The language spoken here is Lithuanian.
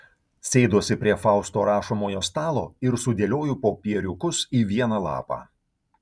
sėduosi prie fausto rašomojo stalo ir sudėlioju popieriukus į vieną lapą